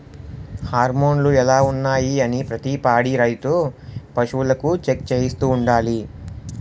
హార్మోన్లు ఎలా ఉన్నాయి అనీ ప్రతి పాడి రైతు పశువులకు చెక్ చేయిస్తూ ఉండాలి